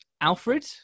Alfred